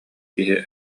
киһи